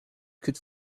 could